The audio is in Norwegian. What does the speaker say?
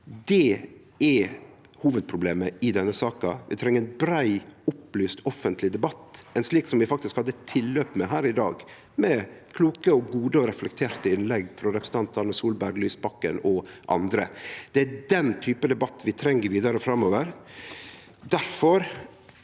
Det er hovudproblemet i denne saka. Vi treng ein brei og opplyst offentleg debatt, ein slik som vi faktisk har hatt tilløp til her i dag, med kloke, gode og reflekterte innlegg frå representantane Solberg, Lysbakken og andre. Det er den typen debatt vi treng vidare framover.